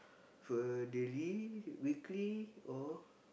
for a daily weekly or